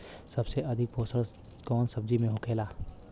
सबसे अधिक पोषण कवन सब्जी में होखेला?